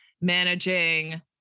managing